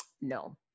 No